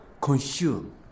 consume